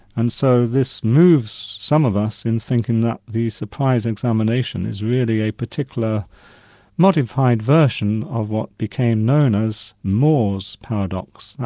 and so this moves some of us into thinking that the surprise examination is really a particular modified version of what became known as moore's paradox.